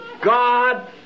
God